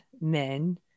men